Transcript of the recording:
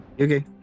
Okay